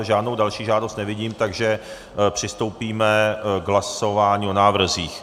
Žádnou další žádost nevidím, takže přistoupíme k hlasování o návrzích.